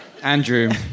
Andrew